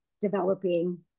developing